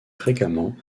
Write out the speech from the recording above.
fréquemment